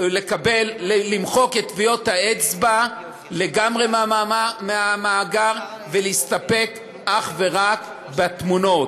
למחוק את טביעות האצבע לגמרי מהמאגר ולהסתפק אך ורק בתמונות.